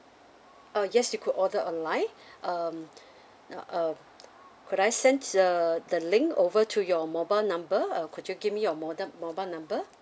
uh yes you could order online um uh could I send uh the link over to your mobile number uh could you give me your mobil~ mobile number